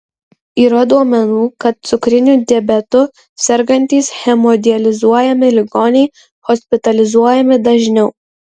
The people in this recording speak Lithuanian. yra duomenų kad cukriniu diabetu sergantys hemodializuojami ligoniai hospitalizuojami dažniau